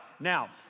Now